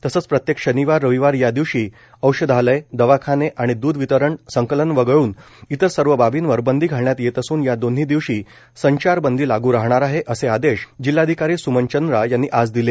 तसेच प्रत्येक शनिवार रविवार या दिवशी औषधालय दवाखाने आणि दुध वितरण संकलन वगळून इतरसर्व बाबींवर बंदी घालण्यात येत असून या दोन्ही दिवशी संचारबंदी लागू राहणार आहे असे आदेश जिल्हाधिकारी सुमन चंद्रा यांनी आज दिले